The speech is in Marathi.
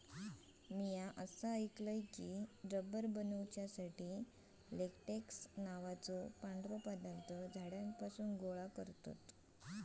म्या असा ऐकलय की, रबर बनवुसाठी लेटेक्स नावाचो पांढरो पदार्थ झाडांपासून गोळा करतत